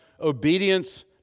obedience